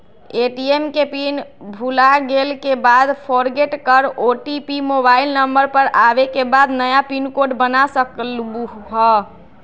ATM के pin भुलागेल के बाद फोरगेट कर ओ.टी.पी मोबाइल नंबर पर आवे के बाद नया पिन कोड बना सकलहु ह?